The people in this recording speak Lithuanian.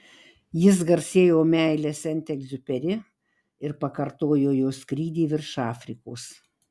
jis garsėjo meile sent egziuperi ir pakartojo jo skrydį virš afrikos